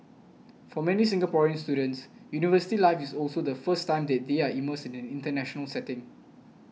for many Singaporean students university life is also the first time that they are immersed in an international setting